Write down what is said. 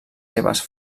seves